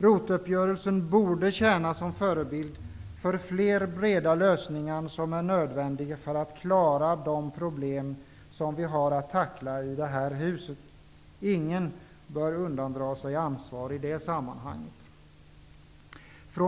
ROT-uppgörelsen borde tjäna som förebild för fler breda lösningar som är nödvändiga för att klara de problem som vi har att tackla i det här huset. Ingen bör undandra sig ansvar i det sammanhanget.